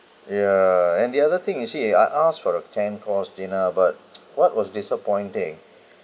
ya and the other thing you see I asked for the ten course dinner but what was disappointing